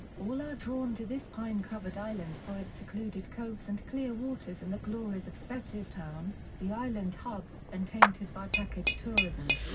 all are drawn to this pine-covered island for its secluded coves and clear waters and the glories of spetses town, the island hub, untainted by package tourism.